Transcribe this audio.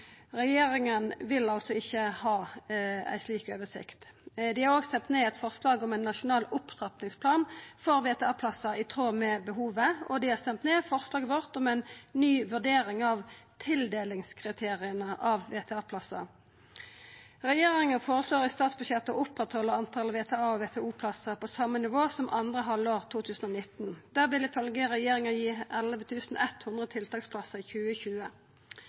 Regjeringa vil altså ikkje ha ei slik oversikt. Dei har òg stemt ned eit forslag om ein nasjonal opptrappingsplan for VTA-plassar i tråd med behovet, og dei har stemt ned forslaget vårt om ei ny vurdering av tildelingskriteria for VTA-plassar. Regjeringa føreslår i statsbudsjettet å oppretthalda talet på VTA- og VTO-plassar på same nivå som andre halvår 2019. Det vil ifølgje regjeringa gi 11 100 tiltaksplassar i 2020.